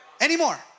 Anymore